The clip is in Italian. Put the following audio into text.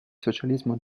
socialismo